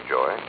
Joy